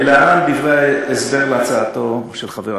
להלן דברי הסבר להצעתו של חבר הכנסת.